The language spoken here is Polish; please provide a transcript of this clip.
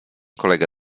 kolegę